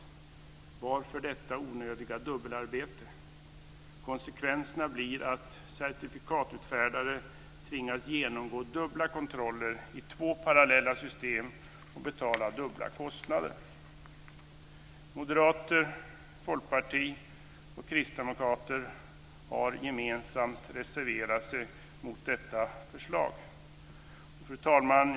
Varför detta onödiga dubbelarbete? Konsekvensen blir att certifikatutfärdare tvingas genomgå dubbla kontroller i två parallella system och betala dubbla kostnader. Moderater, folkparti och kristdemokrater har gemensamt reserverat sig mot detta förslag. Fru talman!